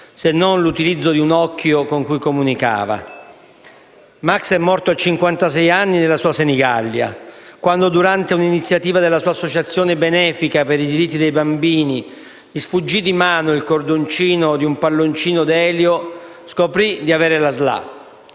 se non l'utilizzo di un occhio con cui comunicava. Max è morto a cinquantasei anni nella sua Senigallia. Quando, durante un'iniziativa della sua associazione benefica per i diritti dei bambini, gli sfuggì di mano il cordoncino di un palloncino d'elio, scoprì di avere la SLA.